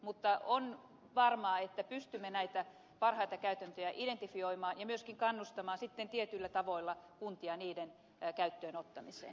mutta on varmaa että pystymme näitä parhaita käytäntöjä identifioimaan ja myöskin kannustamaan sitten tietyillä tavoilla kuntia niiden käyttöönottamiseen